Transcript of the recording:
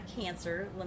cancer